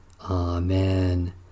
Amen